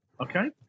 Okay